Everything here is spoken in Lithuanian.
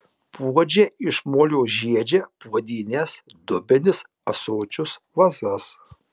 puodžiai iš molio žiedžia puodynes dubenis ąsočius vazas